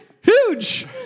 huge